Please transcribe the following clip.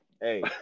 hey